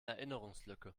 erinnerungslücke